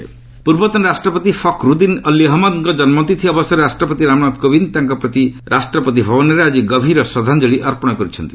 president ପୂର୍ବତନ ରାଷ୍ଟ୍ରପତି Fakhruddin Ali ଅହମ୍ମଦଙ୍କ ଜନ୍ମତିଥି ଅବସରରେ ରାଷ୍ଟ୍ରପତି ରାମନାଥ କୋବିନ୍ଦ ତାଙ୍କ ପ୍ରତି ରାଷ୍ଟ୍ରପତି ଭବନରେ ଆଜି ଗଭୀର ଶ୍ରଦ୍ଧାଞ୍ଜଳୀ ଅର୍ପଣ କରିଛନ୍ତି